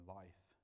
life